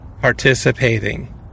participating